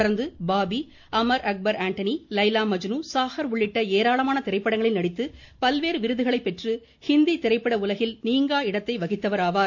தொடர்ந்து Bobby Amar Akbar Anthony Laila Majnu Sagar உள்ளிட்ட ஏராளமான திரைப்படங்களில் நடித்து பல்வேறு விருதுகளை பெற்று ஹிந்தி திரைப்பட உலகில் நீங்கா இடத்தை வகித்தவர் ஆவார்